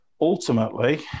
ultimately